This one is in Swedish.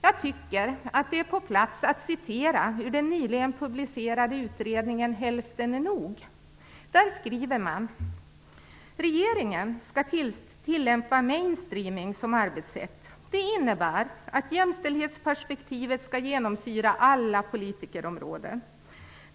Jag tycker att det är på sin plats att citera ur den nyligen publicerade utredningen Hälften är nog. Där skriver man: Regeringen skall tillämpa main streaming som arbetssätt. Det innebär att jämställdhetsperspektivet skall genomsyra alla politikerområden.